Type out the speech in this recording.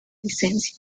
licencia